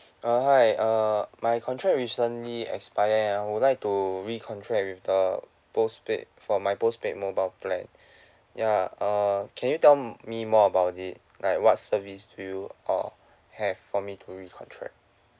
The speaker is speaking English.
uh hi err my contract recently expire and I would like to recontract with the postpaid for my postpaid mobile plan ya err can you tell m~ me more about it like what service do you all have for me to recontract